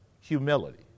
humility